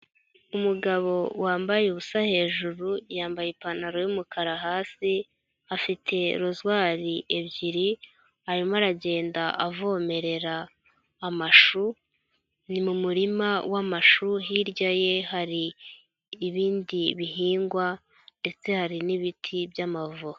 Umugabo wambaye ubusa hejuru yambaye ipantaro y'umukara hasi, afite Rozwari ebyiri, arimo aragenda avomerera, amashu, ni mu murima w'amashu hirya ye hari, ibindi bihingwa, ndetse hari n'ibiti by'amavoka.